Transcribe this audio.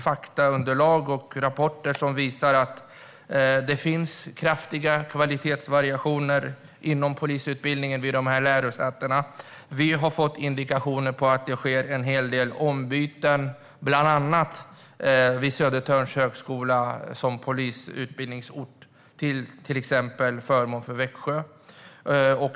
Faktaunderlag och rapporter visar att det finns stora kvalitetsvariationer inom polisutbildningen vid dessa lärosäten. Och vi har fått indikationer på att det sker en hel del byten inom polisutbildningen, bland annat vid Södertörns högskola till förmån för till exempel Växjö.